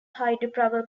hydropower